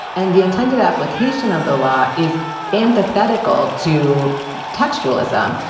and the intended application of the law is antithetical to textualism.